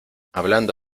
hablando